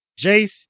Jace